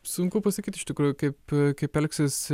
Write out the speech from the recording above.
sunku pasakyti iš tikrųjų kaip kaip elgsis